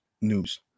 News